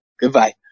Goodbye